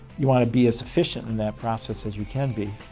you want to be as efficient in that process as you can be,